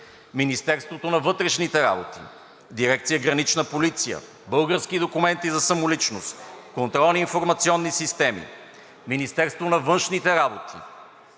Министерството на вътрешните работи, Дирекция „Гранична полиция“, „Български документи за самоличност, контролни и информационни системи“, Министерството на външните работи,